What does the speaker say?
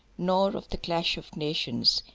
nor of the clash of nations,